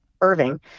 Irving